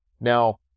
Now